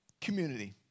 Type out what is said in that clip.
community